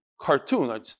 cartoon